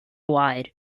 wide